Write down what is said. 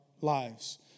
lives